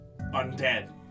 undead